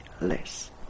less